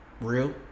Real